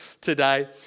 today